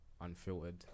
unfiltered